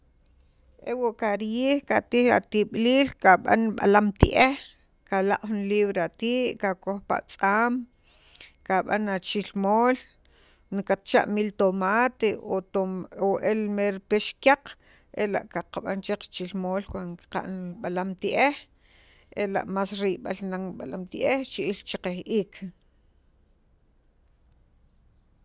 ewa' wo karijij katij atib'iliil kab'an b'alaam ti'ej kalaq' jun libr a ri' kakoj pa tz'aam kab'an achilmol ni katcha' miltomate o tom o mer pex kyaq ela' qaqab'an che qachirmol cuand qaqan b'alaam ti'ej ela' más riyb'al nan b'alaam ti'ej richi'iil cheqej iik